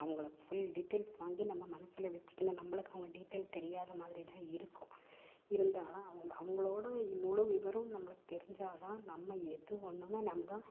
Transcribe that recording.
அவங்களை full details வாங்கி நம்ம மனசில் வச்சிக்கிலாம் நம்மளுக்கு அவங்க டீடைல் தெரியாத மாதிரிதான் இருக்கும் இருந்தாலும் அவங்க அவங்களோடய முழு விவரம் நம்மளுக்கு தெரிஞ்சால்தான் நம்ம எது வேணுமே நம்ம